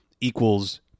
equals